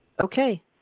Okay